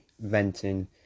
venting